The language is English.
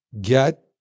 get